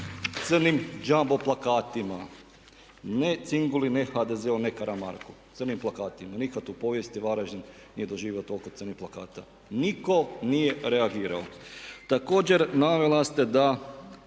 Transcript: crno džambo plakatima ne Cingulin, ne HDZ-u, ne Karamarku, crnim plakatima. Nikad u povijesti Varaždin nije doživio toliko crnih plakata. Nitko nije reagirao. Također navela ste da